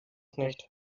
nicht